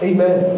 Amen